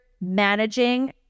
managing